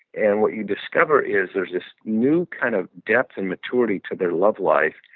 and what you discover is there's this new kind of depth and maturity to their love life.